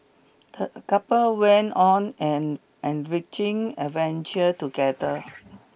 the couple went on an enriching adventure together